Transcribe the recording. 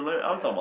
ya